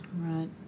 Right